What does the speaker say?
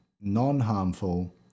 non-harmful